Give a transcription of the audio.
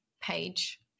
page